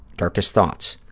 darkest thoughts.